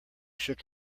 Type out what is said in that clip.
shook